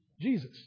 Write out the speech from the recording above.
Jesus